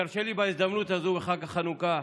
תרשה לי, בהזדמנות הזאת, בחג החנוכה,